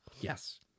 yes